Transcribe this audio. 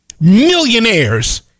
millionaires